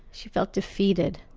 she felt defeated.